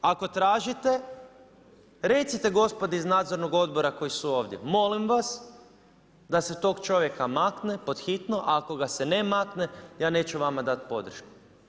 Ako tražite gospodi iz nadzornog odbora koji su ovdje, molim vas da se tog čovjeka makne pod hitno, a ako ga se ne makne ja neću vama dati podršku.